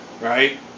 right